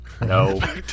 No